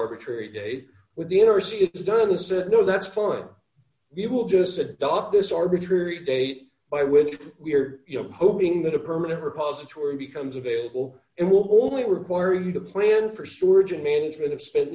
arbitrary date with the intercity if it's done said no that's fine we will just adopt this arbitrary date by which we're you know hoping that a permanent repository becomes available and will only require you to plan for storage and management d of spent